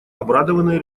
обрадованные